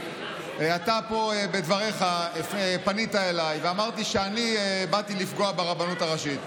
אתה פה בדבריך פנית אליי ואמרת שאני באתי לפגוע ברבנות הראשית.